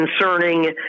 concerning